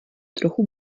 trochu